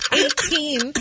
eighteen